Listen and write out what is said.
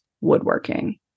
woodworking